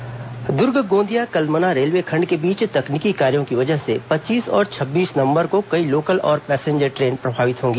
train प्रभावित Durg Gondia Kalamna railway खंड के बीच तकनीकी कार्यो की वजह से पच्चीस और छब्बीस नवंबर को कई लोकल और पैसेंजर ट्रेन प्रभावित होंगी